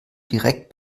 direkt